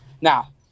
Now